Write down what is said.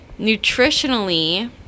nutritionally